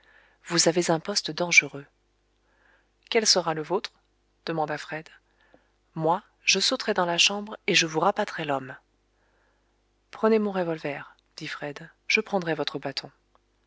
vous avez un poste dangereux quel sera le vôtre demanda fred moi je sauterai dans la chambre et je vous rabattrai l'homme prenez mon revolver dit fred je prendrai votre bâton